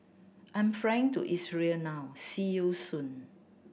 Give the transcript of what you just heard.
I'm flying to Israel now see you soon